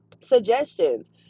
suggestions